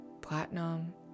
platinum